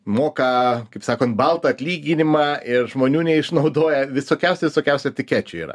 moka kaip sakant baltą atlyginimą ir žmonių neišnaudoja visokiausių visokiausių etikečių yra